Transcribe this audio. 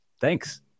thanks